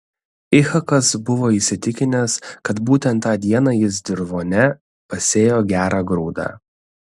ichakas buvo įsitikinęs kad būtent tą dieną jis dirvone pasėjo gerą grūdą